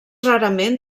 rarament